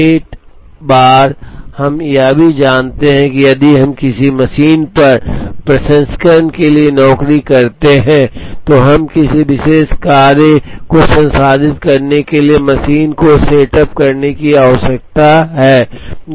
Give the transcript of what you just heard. setup बार हम यह भी जानते हैं कि यदि हम किसी मशीन पर प्रसंस्करण के लिए नौकरी करते हैं तो हमें किसी विशेष कार्य को संसाधित करने के लिए मशीन को सेटअप करने की आवश्यकता है